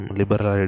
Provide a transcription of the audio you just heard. liberal